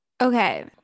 Okay